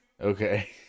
okay